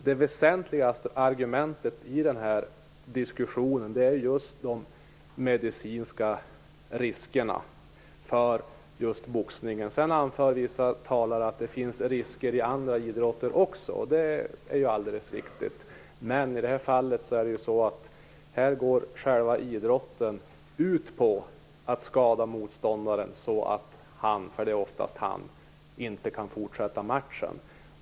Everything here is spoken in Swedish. Det tyngsta argumentet i denna diskussion är just de medicinska riskerna med boxningen. Sedan anför vissa talare att det finns risker också i andra idrotter, och det är riktigt. Men i det här fallet går idrotten ut på att skada motståndaren så att han inte kan fortsätta matchen.